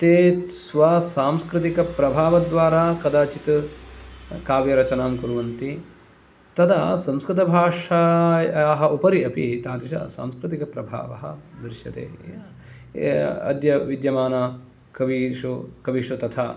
ते स्व सांस्कृतिकप्रभावद्वारा कदाचित् काव्यरचनां कुर्वन्ति तदा संस्कृतभाषायाः उपरि अपि तादृश सांस्कृतिकप्रभावः दृश्यते अद्य विद्यमानकवीषु कविषु तथा